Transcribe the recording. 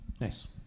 nice